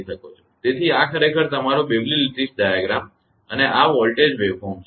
તેથી આ ખરેખર તમારો બેવલીનો લેટીસ ડાયાગ્રામBewley's lattice diagram છે અને આ વોલ્ટેજ વેવફોર્મ છે